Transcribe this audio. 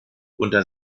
unter